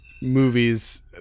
movies